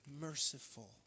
merciful